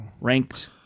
ranked